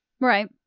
Right